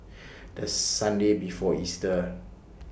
The Sunday before Easter